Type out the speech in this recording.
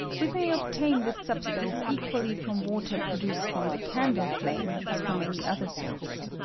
we may obtain this substance equally from water produced from the candle flame as from any other source,